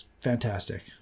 fantastic